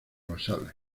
basales